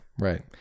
Right